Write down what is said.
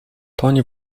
toń